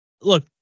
look